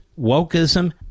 wokeism